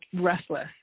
restless